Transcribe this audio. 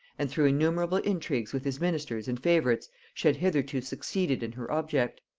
and through innumerable intrigues with his ministers and favorites she had hitherto succeeded in her object.